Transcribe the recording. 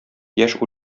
яшь